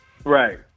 Right